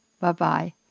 Bye-bye